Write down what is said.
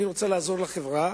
אני רוצה לעזור לחברה.